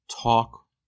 talk